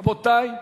רבותי,